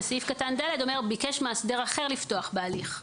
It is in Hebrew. וסעיף קטן (ד) אומר ביקש מאסדר אחר לפתוח בהליך.